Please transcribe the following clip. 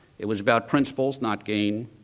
it was about principles not gain.